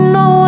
no